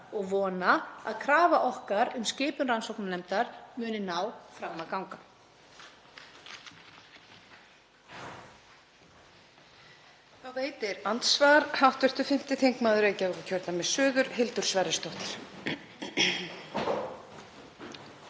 og vona að krafa okkar um skipun rannsóknarnefndar muni ná fram að ganga.